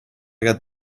got